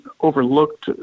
overlooked